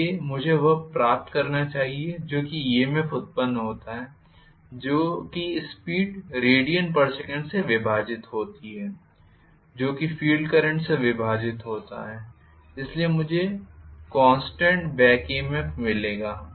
इसलिए मुझे वह प्राप्त करना चाहिए जो भी ईएमएफ उत्पन्न होता है जो कि स्पीड रेडियनसेकेंड से विभाजित होता है जो कि फील्ड करंट से विभाजित होता है इससे मुझे कॉन्स्टेंट बॅक ईएमएफ मिलेगा